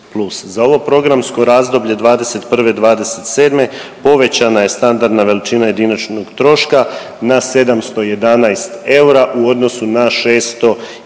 Za ovo programsko razdoblje 2021., 2027. povećana je standardna veličina jediničnog troška na 711 eura u odnosu na 601